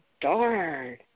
Darn